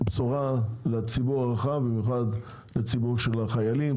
בשורה לציבור הרחב; במיוחד לציבור החיילים,